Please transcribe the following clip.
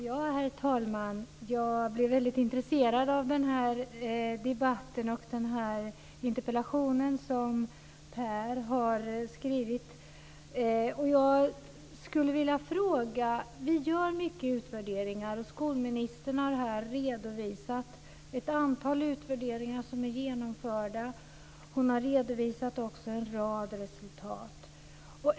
Herr talman! Jag blev väldigt intresserad av den här debatten och den interpellation som Per Bill har skrivit. Jag skulle vilja fråga. Vi gör många utvärderingar och skolministern har här redovisat ett antal utvärderingar som är genomförda. Hon har också redovisat en rad resultat.